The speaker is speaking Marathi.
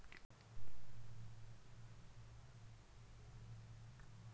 करजंना हाफ्ता येयवर भरा ते बँक कोणताच दंड आकारत नै